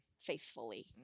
faithfully